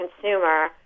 consumer